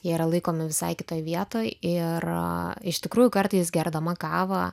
jie yra laikomi visai kitoj vietoj ir iš tikrųjų kartais gerdama kavą